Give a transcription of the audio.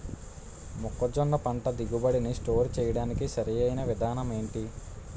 మొక్కజొన్న పంట దిగుబడి నీ స్టోర్ చేయడానికి సరియైన విధానం ఎంటి?